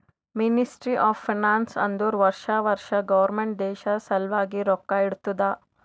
ministry of finance ಅಂದುರ್ ವರ್ಷಾ ವರ್ಷಾ ಗೌರ್ಮೆಂಟ್ ದೇಶ ಸಲ್ವಾಗಿ ರೊಕ್ಕಾ ಇಡ್ತುದ